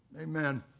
amen.